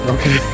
Okay